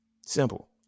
Simple